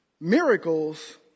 Miracles